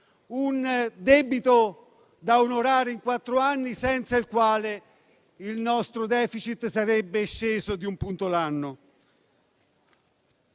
un debito da onorare, senza il quale il nostro *deficit* sarebbe sceso di un punto l'anno.